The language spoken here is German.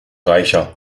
reicher